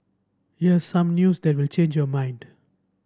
here's some news that will change your mind